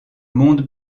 monde